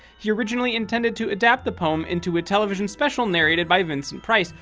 he originally intended to adapt the poem into a television special narrated by vincent price,